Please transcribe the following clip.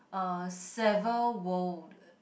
uh seven world